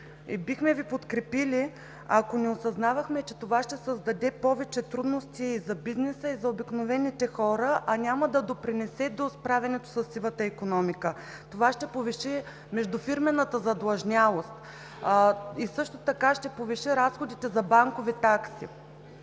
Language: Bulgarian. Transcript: бихме Ви подкрепили, ако не осъзнавахме, че това ще създаде повече трудности и за бизнеса, и за обикновените хора, а няма да допринесе до справянето със сивата икономика. Това ще повиши междуфирмената задлъжнялост. И също така ще повиши разходите за банкови такси.